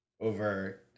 over